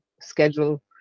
schedule